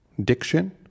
diction